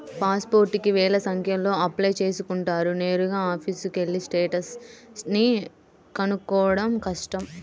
pass పోర్టుకి వేల సంఖ్యలో అప్లై చేసుకుంటారు నేరుగా ఆఫీసుకెళ్ళి స్టేటస్ ని కనుక్కోడం కష్టం